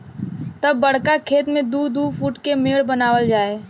तब बड़का खेत मे दू दू फूट के मेड़ बनावल जाए